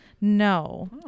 No